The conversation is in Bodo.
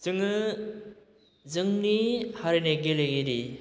जोङो जोंनि हारिनि गेलेगिरि